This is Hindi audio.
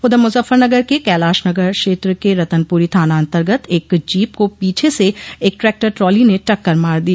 उधर मुजफ्फरनगर के कैलाशनगर क्षेत्र के रतनपुरी थानान्तर्गत एक जीप को पीछे से एक ट्रैक्टर ट्राली ने टक्कर मार दी